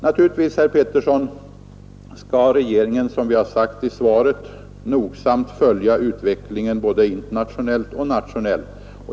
Naturligtvis, herr Pettersson i Lund, skall regeringen, såsom jag har sagt i svaret, nogsamt följa utvecklingen både internationellt och nationellt.